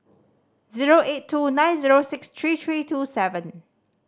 zero eight two nine zero six three three two seven